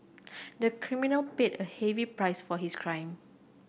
the criminal paid a heavy price for his crime